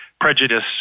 prejudice